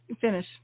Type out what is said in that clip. finish